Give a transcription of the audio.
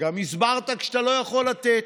גם הסברת כשאתה לא יכול לתת,